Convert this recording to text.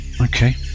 Okay